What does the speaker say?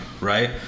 Right